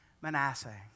Manasseh